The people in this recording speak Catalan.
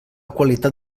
qualitat